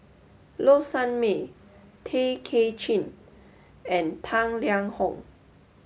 Low Sanmay Tay Kay Chin and Tang Liang Hong